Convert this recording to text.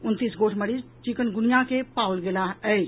उनतीस गोट मरीज चिकुनगुनिया के पाओल गेलाह अछि